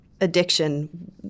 addiction